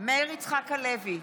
מאיר יצחק הלוי,